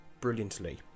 brilliantly